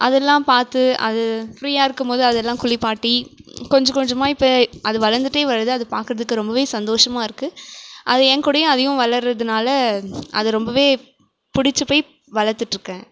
அதெல்லாம் பார்த்து அது ஃப்ரீயாக இருக்கும்போது அதெல்லாம் குளிப்பாட்டி கொஞ்ச கொஞ்சமாக இப்போ அது வளர்ந்துட்டே வருது அது பார்க்குறதுக்கு ரொம்பவே சந்தோஷமாக இருக்குது அது என்கூடேயே அதையும் வளரதுனால் அது ரொம்பவே பிடிச்சி போய் வளர்த்துட்ருக்கேன்